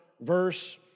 verse